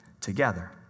together